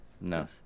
No